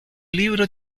libro